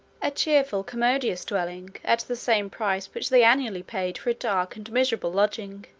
a cheerful commodious dwelling, at the same price which they annually paid for a dark and miserable lodging.